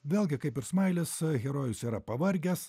vėlgi kaip ir smailis herojus yra pavargęs